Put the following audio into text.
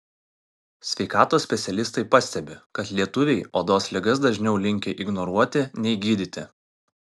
sveikatos specialistai pastebi kad lietuviai odos ligas dažniau linkę ignoruoti nei gydyti